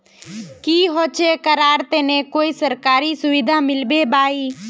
की होचे करार तने कोई सरकारी सुविधा मिलबे बाई?